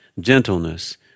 gentleness